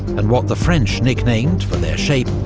and what the french nicknamed, for their shape,